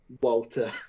Walter